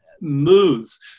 moods